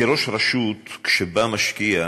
כראש רשות, כשבא משקיע,